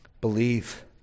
believe